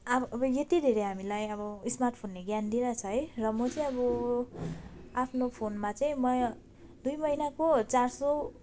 अब अब यति धेरै हामीलाई अब स्मार्टफोनले ज्ञान दिइरहेको छ है र म चाहिँ अब आफ्नो फोनमा चाहिँ म दुई महिनाको चार सय